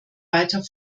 weiter